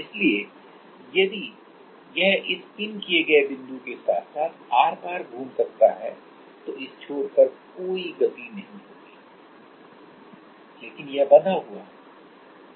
इसलिए यदि यह इस पिन किए गए बिंदु के साथ साथ आर पार घूम सकता है तो इस छोर पर कोई गति नहीं होगी लेकिन यह बंधा हुआ है